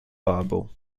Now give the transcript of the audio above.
bible